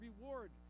reward